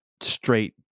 straight